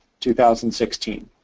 2016